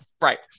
right